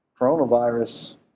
Coronavirus